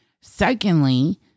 Secondly